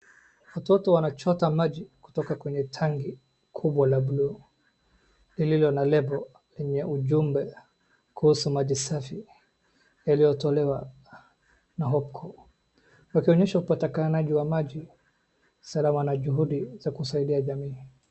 Watoto wanachota maji kutoka kwenye tangi kubwa la buluu, lililo na label yenye ujube kuhusu maji safi yaliyotolewa na Hopco . Wakionyesha upatikanaji wa maji salama na juhudi za kusaidia jamii.